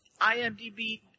IMDB